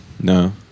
No